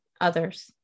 others